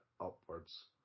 upwards